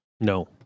No